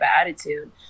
attitude